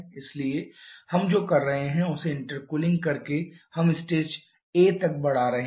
इसलिए हम जो कर रहे हैं उसे इंटरकूलिंग करके हम स्टेज a तक बढ़ा रहे हैं